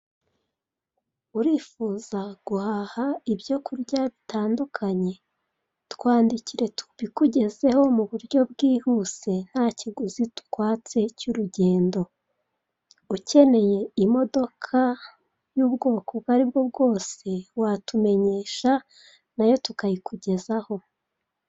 Urifuza guhaha ibyo kurya bitandukanye, twandikire tubikugezeho mu buryo bwihuse nta kiguzi tukwatse cy'urugendo. Ukeneye imodoka y'ubwoko ubwo aribwo bwose watumenyesha nayo tukayikugezaho.